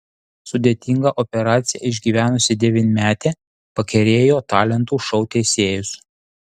sudėtingą operaciją išgyvenusi devynmetė pakerėjo talentų šou teisėjus